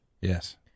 Yes